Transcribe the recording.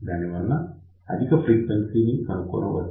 దానివల్ల అధిక ఫ్రీక్వెన్సీ కనుక్కోవచ్చు